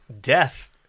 death